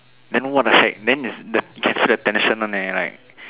then what the heck then is the the you can see the tension one leh like